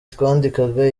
twandikaga